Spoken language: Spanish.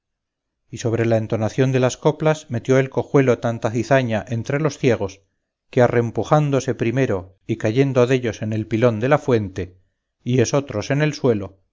y sobre la entonación de las coplas metió el cojuelo tanta cizaña entre los ciegos que arrempujándose primero y cayendo dellos en el pilón de la fuente y esotros en el suelo